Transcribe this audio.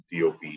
DOP